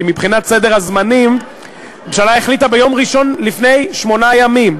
כי מבחינת סדר הזמנים הממשלה החליטה ביום ראשון לפני שמונה ימים.